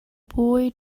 boy